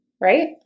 right